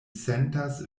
sentas